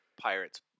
Pirates